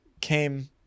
came